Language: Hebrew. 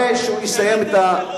הבאתם טרור,